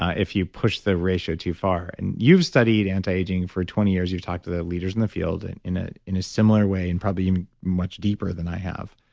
ah if you push the ratio too far. and you've studied anti-aging for twenty years, you've talked to the leaders in the field and in ah in a similar way and probably even much deeper than i have.